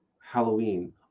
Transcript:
Halloween